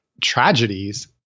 tragedies